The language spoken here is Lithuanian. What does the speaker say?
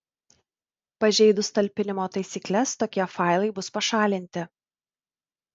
pažeidus talpinimo taisykles tokie failai bus pašalinti